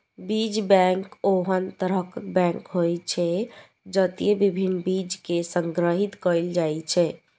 बीज बैंक ओहन तरहक बैंक होइ छै, जतय विभिन्न बीज कें संग्रहीत कैल जाइ छै